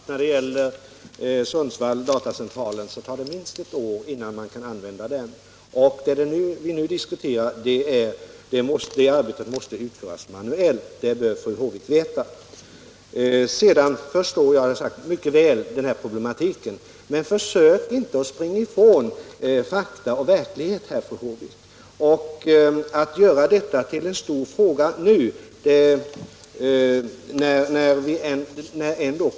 Herr talman! Det tar minst ett år innan man kan använda datacentralen i Sundsvall. Det arbete vi nu diskuterar måste utföras manuellt, och det bör fru Håvik veta. Jag förstår mycket väl problematiken, men försök inte springa ifrån fakta och verklighet här, fru Håvik, genom att göra detta till en stor fråga nu.